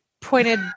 pointed